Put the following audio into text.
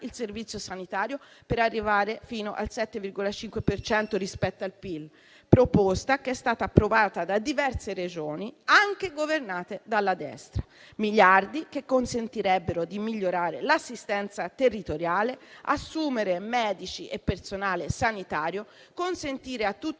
servizio sanitario per arrivare fino al 7,5 per cento rispetto al PIL, proposta che è stata approvata da diverse Regioni anche governate dalla destra, con miliardi che consentirebbero di migliorare l'assistenza territoriale, assumere medici e personale sanitario e avere per tutti i